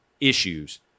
issues